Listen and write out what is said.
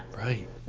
Right